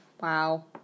Wow